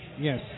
Yes